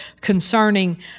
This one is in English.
concerning